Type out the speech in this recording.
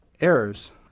errors